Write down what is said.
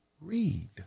read